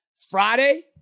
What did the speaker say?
Friday